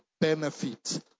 benefit